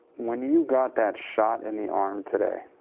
when you got that shot in the arm today,